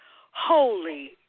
Holy